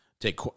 Take